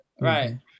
Right